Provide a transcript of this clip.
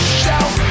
shelf